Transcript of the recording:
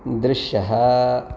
दृश्यः